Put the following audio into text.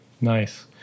Nice